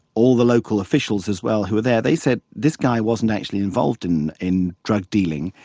all the local officials as well who were there, they said this guy wasn't actually involved in in drug dealing.